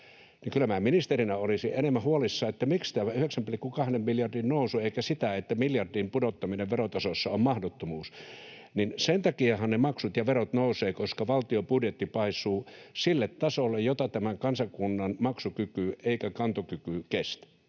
Kyllä minä ministerinä olisin enemmän huolissani siitä, miksi täällä on 9,2:n miljardin nousu enkä siitä, että miljardin pudottaminen verotasossa on mahdottomuus. Sen takiahan ne maksut ja verot nousevat, koska valtion budjetti paisuu sille tasolle, jota eivät tämän kansakunnan maksukyky ja kantokyky kestä.